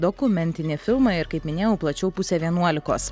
dokumentinį filmą ir kaip minėjau plačiau pusė vienuolikos